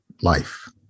life